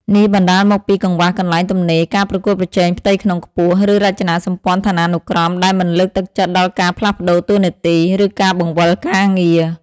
នេះបណ្តាលមកពីកង្វះកន្លែងទំនេរ ការប្រកួតប្រជែងផ្ទៃក្នុងខ្ពស់ ឬរចនាសម្ព័ន្ធឋានានុក្រមដែលមិនលើកទឹកចិត្តដល់ការផ្លាស់ប្តូរតួនាទី ឬការបង្វិលការងារ។